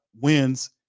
wins